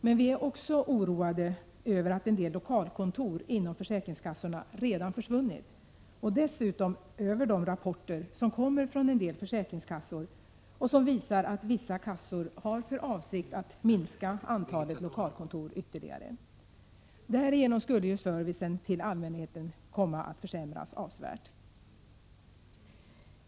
Men vi är också oroade över att en del lokalkontor inom försäkringskassorna redan försvunnit och dessutom över de rapporter som kommer från en del försäkringskassor och som visar att vissa kassor har för avsikt att ytterligare minska antalet lokalkontor. Därigenom skulle servicen till allmänheten komma att försämras avsevärt.